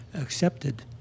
accepted